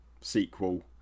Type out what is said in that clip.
sequel